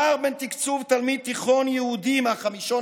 הפער בין תקצוב תלמיד תיכון יהודי מהחמישון